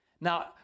Now